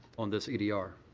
on this edr?